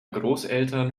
großeltern